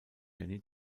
jenny